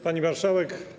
Pani Marszałek!